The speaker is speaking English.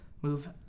move